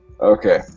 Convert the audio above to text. Okay